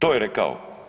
To je rekao.